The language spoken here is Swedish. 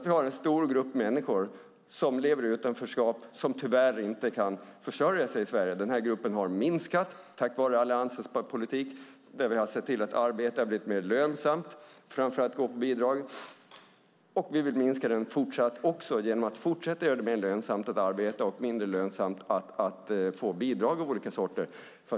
Vi har en stor grupp människor som lever i utanförskap och som tyvärr inte kan försörja sig i Sverige. Den gruppen har minskat tack vare Alliansens politik, när vi har sett till att arbete har blivit mer lönsamt framför att gå på bidrag. Vi vill minska den gruppen även fortsatt genom att fortsätta att göra det mer lönsamt att arbeta och mindre lönsamt att få bidrag av olika sorter.